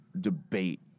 debate